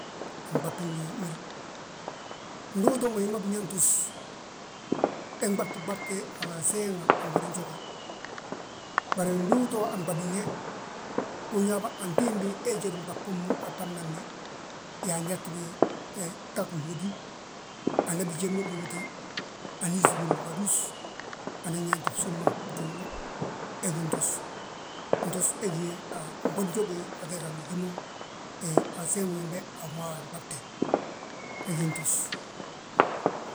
ndu utoo mo uyaa ntus, he ɓabti ɓabte, a seeŋa a ngodin joge. Bari ndu uto a ɓabin he, uyaabà antimbi hee jédi nɓab bommu aɓabna bi. Yaa anyalti bi gta ginhódi anan bi jéd mo luuti aníisibi ndúbadus, anan yaanti bsúm ma bduulu. He gí ntus, ntus he gí ye an godin joge a geegi angi gí mo, a seŋi wembe a wi ma wi anɓabte, he gí ntus.